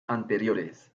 anteriores